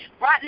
Right